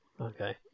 Okay